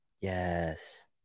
Yes